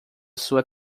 sua